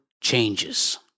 changes